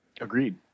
Agreed